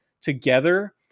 together